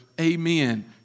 Amen